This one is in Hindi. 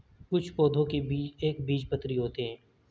कुछ पौधों के बीज एक बीजपत्री होते है